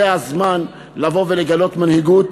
זה הזמן לבוא ולגלות מנהיגות,